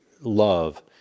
love